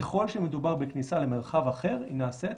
ככל שמדובר בכניסה למרחב אחר היא נעשית